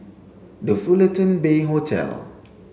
the Fullerton Bay Hotel